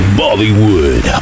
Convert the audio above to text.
bollywood